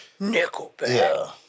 Nickelback